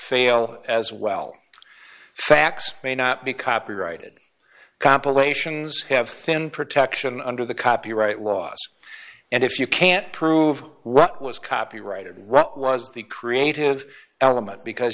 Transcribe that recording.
fail as well facts may not be copyrighted compilations have thin protection under the copyright laws and if you can't prove what was copyrighted what was the creative element because